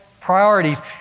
priorities